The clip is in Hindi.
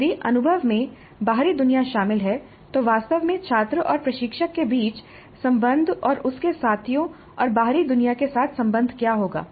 यदि अनुभव में बाहरी दुनिया शामिल है तो वास्तव में छात्र और प्रशिक्षक के बीच संबंध और उसके साथियों और बाहरी दुनिया के साथ संबंध क्या होगा